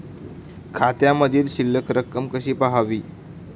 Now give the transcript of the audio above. खात्यामधील शिल्लक रक्कम कशी पहावी?